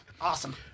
awesome